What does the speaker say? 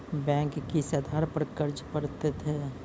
Bank किस आधार पर कर्ज पड़तैत हैं?